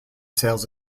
sales